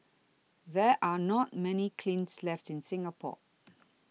there are not many kilns left in Singapore